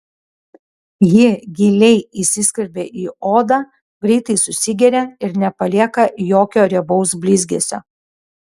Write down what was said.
ji giliai įsiskverbia į odą greitai susigeria ir nepalieka jokio riebaus blizgesio